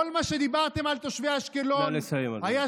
כל מה שאמרתם על תושבי אשקלון, נא לסיים, אדוני.